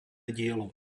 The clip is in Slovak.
dielo